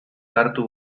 hartu